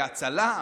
היה צלם,